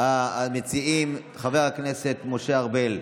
של חבר הכנסת אופיר כץ,